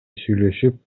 сүйлөшүп